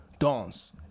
Dance